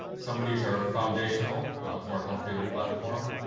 some of these are foundational for health data platform.